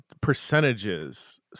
percentages